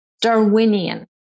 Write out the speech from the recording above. Darwinian